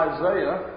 Isaiah